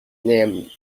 named